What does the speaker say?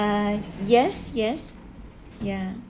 uh yes yes ya